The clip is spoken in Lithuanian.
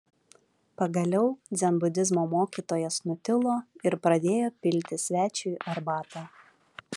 pagaliau dzenbudizmo mokytojas nutilo ir pradėjo pilti svečiui arbatą